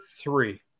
three